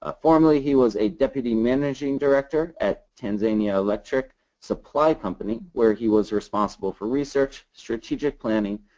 ah formerly, he was a deputy managing director at tanzania electric supply company where he was responsible for research, strategic planning,